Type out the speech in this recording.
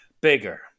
bigger